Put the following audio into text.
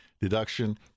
deduction